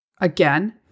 again